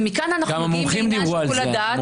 ומכאן אנחנו מגיעים לעניין שיקול הדעת.